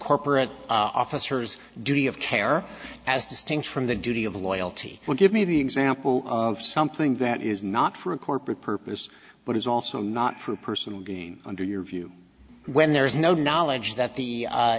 corporate officers duty of care as distinct from the duty of loyalty would give me the example something that is not for a corporate purpose but it's also not for personal gain under your view when there is no knowledge that the